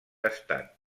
estat